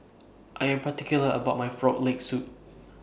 I Am particular about My Frog Leg Soup